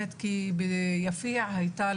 יש לנו